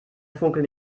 funkeln